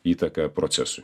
įtaką procesui